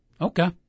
Okay